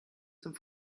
zum